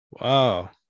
Wow